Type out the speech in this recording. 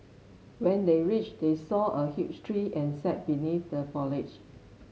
when they reached they saw a huge tree and sat beneath the foliage